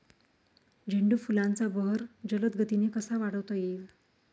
झेंडू फुलांचा बहर जलद गतीने कसा वाढवता येईल?